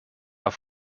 auf